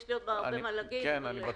יש לי עוד הרבה מה להגיד --- אני מבין,